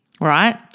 right